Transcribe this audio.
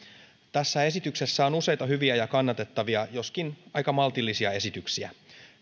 tässä esityksessä on useita hyviä ja kannatettavia joskin aika maltillisia esityksiä